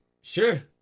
sure